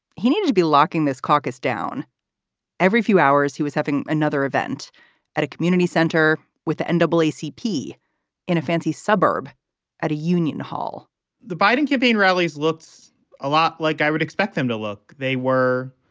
he needed to be locking this caucus down every few hours. he was having another event at a community center with and but ed wcp in a fancy suburb at a union hall the biden campaign rallies looks a lot like i would expect them to look. they were.